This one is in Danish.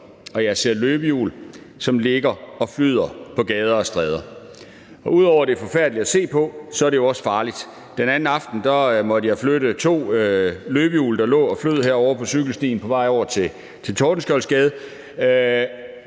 og jeg ser løbehjul, som ligger og flyder på gader og stræder. Og ud over at det er forfærdeligt at se på, er det farligt. Den anden aften måtte jeg flytte to løbehjul, der lå og flød herovre på cykelstien, da jeg var på vej over til Tordenskjoldsgade.